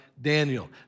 Daniel